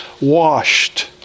washed